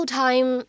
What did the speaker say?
time